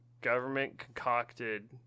government-concocted